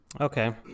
Okay